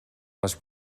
качып